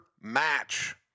match